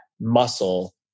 muscle